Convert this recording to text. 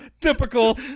typical